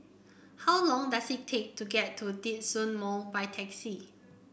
how long does it take to get to Djitsun Mall by taxi